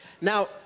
Now